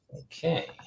Okay